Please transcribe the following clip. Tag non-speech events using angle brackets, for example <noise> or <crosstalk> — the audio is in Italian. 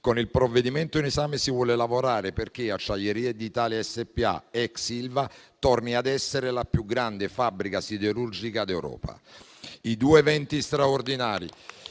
Con il provvedimento in esame si vuole lavorare perché Acciaierie d'Italia SpA (ex Ilva) torni a essere la più grande fabbrica siderurgica d'Europa. <applause> I due eventi straordinari